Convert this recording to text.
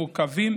במעוכבים,